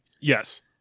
Yes